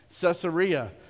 Caesarea